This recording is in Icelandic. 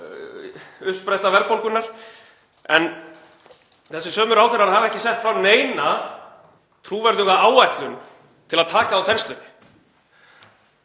uppspretta verðbólgunnar. En þessir sömu ráðherrar hafa ekki sett fram neina trúverðuga áætlun til að taka á þenslunni.